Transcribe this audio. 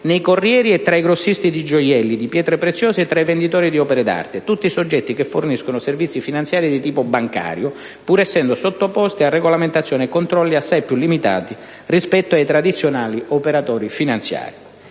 nei corrieri e tra i grossisti di gioielli e di pietre preziose e tra i venditori di opere d'arte: tutti soggetti che forniscono servizi finanziari di tipo bancario, pur essendo sottoposti a regolamentazioni e controlli assai più limitati rispetto ai tradizionali operatori finanziari.